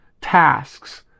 tasks